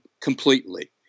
completely